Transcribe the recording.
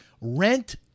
rent